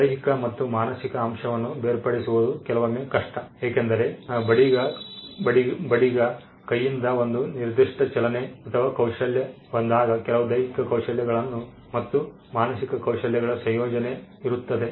ದೈಹಿಕ ಮತ್ತು ಮಾನಸಿಕ ಅಂಶವನ್ನು ಬೇರ್ಪಡಿಸುವುದು ಕೆಲವೊಮ್ಮೆ ಕಷ್ಟ ಏಕೆಂದರೆ ಬಡಗಿಯ ಕೈಯಿಂದ ಒಂದು ನಿರ್ದಿಷ್ಟ ಚಲನೆ ಅಥವಾ ಕೌಶಲ್ಯ ಬಂದಾಗ ಕೆಲವು ದೈಹಿಕ ಕೌಶಲ್ಯಗಳು ಮತ್ತು ಮಾನಸಿಕ ಕೌಶಲ್ಯಗಳ ಸಂಯೋಜನೆ ಇರುತ್ತದೆ